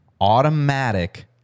automatic